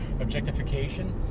objectification